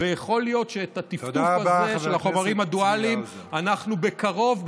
יכול להיות שאת הטפטוף הזה של החומרים הדואליים אנחנו בקרוב,